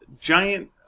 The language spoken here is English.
giant